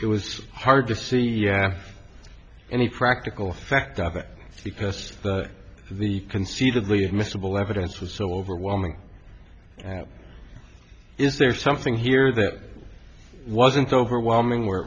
it was hard to see you have any practical effect either because the conceitedly admissible evidence was so overwhelming and is there something here that wasn't overwhelming where